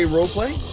Roleplay